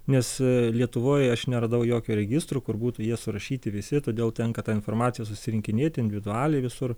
nes lietuvoj aš neradau jokio registro kur būtų jie surašyti visi todėl tenka tą informaciją susirinkinėti individualiai visur